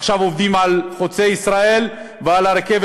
עכשיו עובדים על חוצה-ישראל ועל הרכבת,